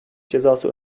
cezası